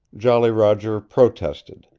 jolly roger protested.